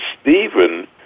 Stephen